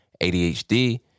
ADHD